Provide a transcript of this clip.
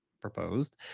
proposed